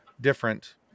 different